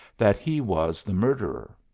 that he was the murderer.